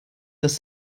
dass